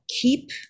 keep